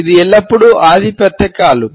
ఇది ఎల్లప్పుడూ ఆధిపత్య కాలు